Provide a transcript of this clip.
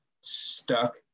stuck